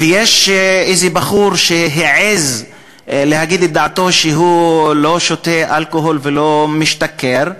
ויש איזה בחור שהעז להגיד את דעתו שהוא לא שותה אלכוהול ולא משתכר,